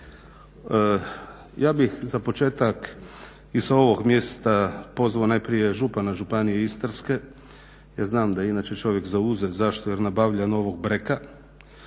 Ja bih za početak i sa ovog mjesta pozvao najprije župana županije Istarske jer znam da je inače čovjek zauzet. Zašto? Jer nabavlja novog